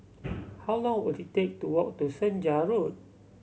how long will it take to walk to Senja Road